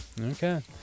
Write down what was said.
okay